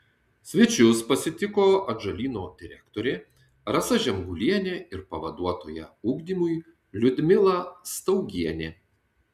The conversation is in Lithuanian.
svečius pasitiko atžalyno direktorė rasa žemgulienė ir pavaduotoja ugdymui liudmila staugienė